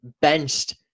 benched